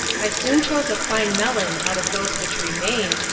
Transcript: i soon chose a fine melon out of those which remained,